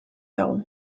dago